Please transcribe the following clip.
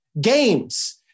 games